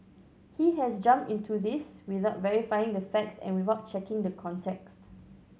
he has jumped into this without verifying the facts and without checking the context